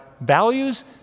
values